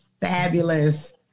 fabulous